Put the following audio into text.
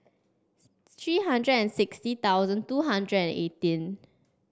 three hundred and sixty thousand two hundred and eighteen